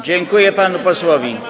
Dziękuję panu posłowi.